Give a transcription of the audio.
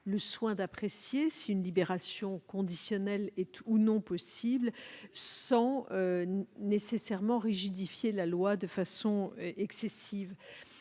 le soin d'apprécier si une libération conditionnelle est, ou non, possible, sans nécessairement rigidifier la loi de façon excessive.